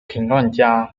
评论家